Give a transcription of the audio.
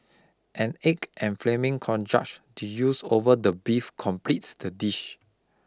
an egg and flaming cognac doused over the beef completes the dish